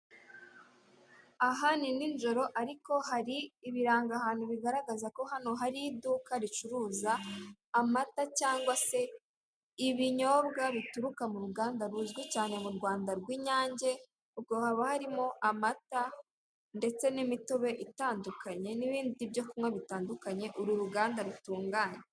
Aha ni nijoro ariko hari ibirangahantu bigaragaza ko hano hari iduka rucuruza amata cyangwa se ibinyobwa bituruka mu ruganda ruzwi cyane mu Rwanda rw'Inyange, ubwo haba harimo amata ndetse n'imitobe itandukanye n'ibindi byo kunywa bitandukanye, uru ruganda rutunganya.